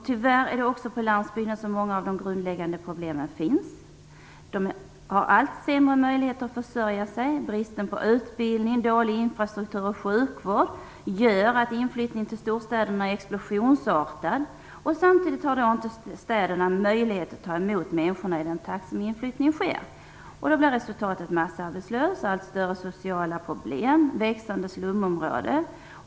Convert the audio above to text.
Tyvärr är det också på landsbygden som många av de grundläggande problemen finns. De har allt sämre möjligheter att försörja sig. Bristen på utbildning, dålig infrastruktur och sjukvård gör att inflyttningen till storstäderna är explosionsartad. Samtidigt har inte städerna möjlighet att ta emot människorna i den takt som inflyttning sker. Då blir resultatet massarbetslöshet, allt större sociala problem, växande slumområden.